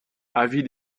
avis